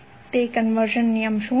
તે કન્વર્ઝન નિયમ શું છે